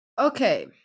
Okay